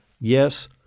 yes